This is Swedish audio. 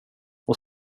och